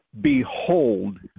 Behold